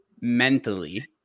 mentally